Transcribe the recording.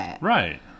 Right